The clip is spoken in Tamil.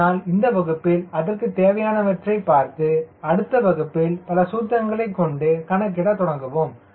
ஆனால் இந்த வகுப்பில் அதற்கு தேவையானவற்றை பார்த்து அடுத்த வகுப்பில் பல சூத்திரங்களைக் கொண்டு கணக்கிட தொடங்குவோம்